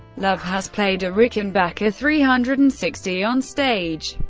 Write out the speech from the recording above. love has played a rickenbacker three hundred and sixty onstage.